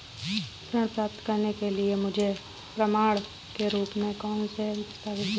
ऋण प्राप्त करने के लिए मुझे प्रमाण के रूप में कौन से दस्तावेज़ दिखाने होंगे?